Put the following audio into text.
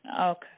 Okay